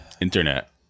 internet